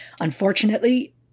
Unfortunately